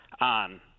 on